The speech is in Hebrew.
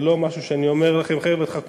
זה לא משהו שאני אומר לכם: חבר'ה,